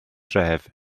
dref